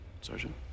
Sergeant